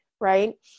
Right